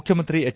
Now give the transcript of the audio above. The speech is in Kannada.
ಮುಖ್ಯಮಂತ್ರಿ ಹೆಚ್